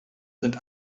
sind